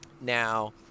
now